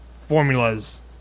formulas